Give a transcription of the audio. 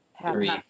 three